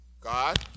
God